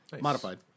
Modified